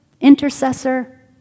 intercessor